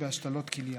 בהשתלות כליה.